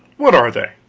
what are they?